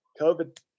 covid